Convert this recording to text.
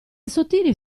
sottili